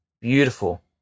beautiful